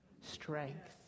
strength